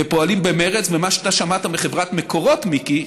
ופועלים במרץ, ומה ששמעת מחברת מקורות, מיקי,